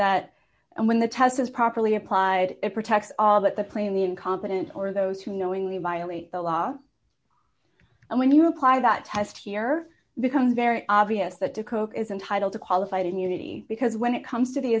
that and when the test is properly applied it protects all that the plane the incompetent or those who knowingly violate the law and when you apply that test here becomes very obvious that a coke is entitled to qualified immunity because when it comes to the